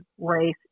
race